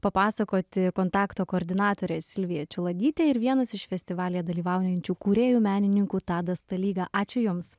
papasakoti kontakto koordinatorė silvija čiuladytė ir vienas iš festivalyje dalyvaujančių kūrėjų menininkų tadas stalyga ačiū jums